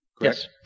Yes